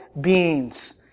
beings